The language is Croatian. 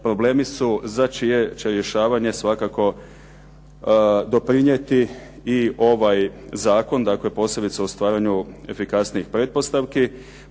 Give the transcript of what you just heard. problemi su za čije će rješavanje svakako doprinijeti i ovaj zakon. Dakle, posebice u stvaranju efikasnijih pretpostavki